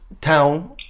town